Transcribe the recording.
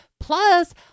Plus